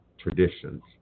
traditions